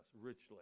richly